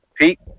Pete